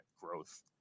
growth